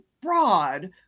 broad